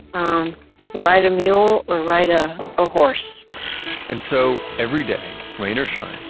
um um ride a mule, or ride ah a horse and so every day rain or shine,